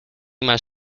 más